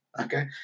Okay